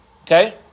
Okay